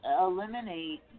eliminate